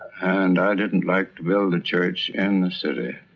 and i didn't like to build a church in the city.